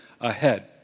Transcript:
ahead